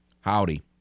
Howdy